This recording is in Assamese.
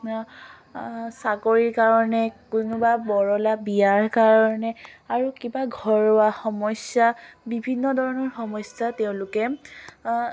চাকৰিৰ কাৰণে কোনোবা বৰলা বিয়াৰ কাৰণে আৰু কিবা ঘৰুৱা সমস্যা বিভিন্ন ধৰণৰ সমস্যা তেওঁলোকে